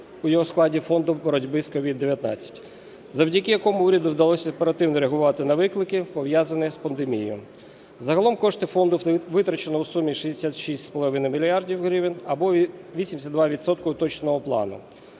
у його складі фонду боротьби з COVID-19, завдяки якому уряду вдалося оперативно реагувати на виклики, пов'язані з пандемією. Загалом кошти фонду витрачено в сумі 66,5 мільярда гривень або 82 відсотки